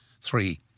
three